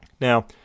Now